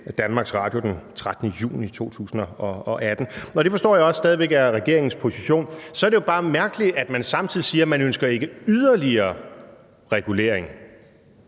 Danmarks Radio den 13. juni 2018. Det forstår jeg også stadig væk er regeringens position. Så er det jo bare mærkeligt, at man samtidig siger, at man ikke ønsker yderligere regulering.